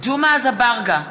ג'מעה אזברגה,